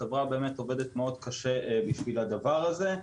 החברה עובדת קשה מאוד בשביל הדבר הזה.